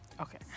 Okay